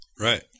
Right